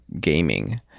gaming